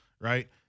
right